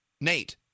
Nate